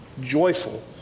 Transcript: joyful